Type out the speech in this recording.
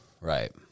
right